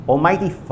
Almighty